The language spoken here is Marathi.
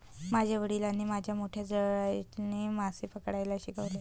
माझ्या वडिलांनी मला मोठ्या जाळ्याने मासे पकडायला शिकवले